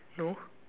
no